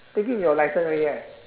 taking your licence already ah